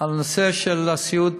על הנושא של הסיעוד